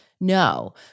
no